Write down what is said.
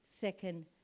second